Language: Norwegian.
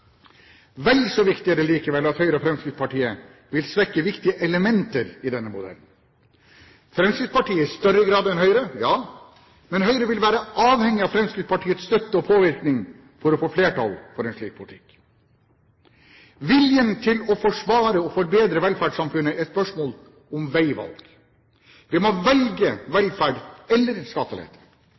Vel så viktig er det likevel at Høyre og Fremskrittspartiet vil svekke viktige elementer i denne modellen – Fremskrittspartiet i større grad enn Høyre, ja, men Høyre vil være avhengig av Fremskrittspartiets støtte og påvirkning for å få flertall for en slik politikk. Viljen til å forsvare og forbedre velferdssamfunnet er spørsmål om veivalg. Vi må velge velferd eller skattelette.